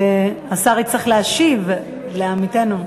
השר יצטרך להשיב לעמיתנו.